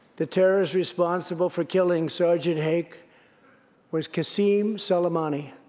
the terrorist responsible for killing sergeant hake was qasem soleimani,